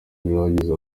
bagize